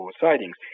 sightings